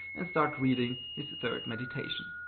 and start reading his third meditation.